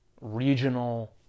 regional